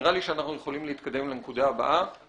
נראה לי שאנחנו יכולים להתקדם לנקודה הבאה